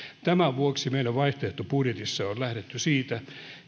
tämän vuoksi meidän vaihtoehtobudjetissamme on lähdetty siitä